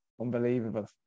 Unbelievable